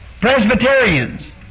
Presbyterians